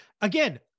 Again